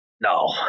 No